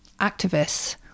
activists